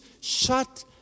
shut